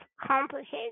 complicated